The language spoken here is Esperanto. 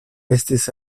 estis